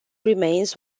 remains